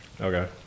okay